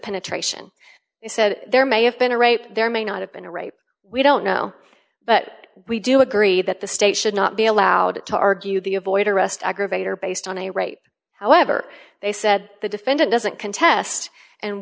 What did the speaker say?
penetration he said there may have been a rape there may not have been a rape we don't know but we do agree that the state should not be allowed to our you the avoid arrest aggravator based on a right however they said the defendant doesn't contest and